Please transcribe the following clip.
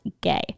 gay